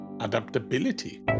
Adaptability